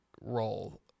role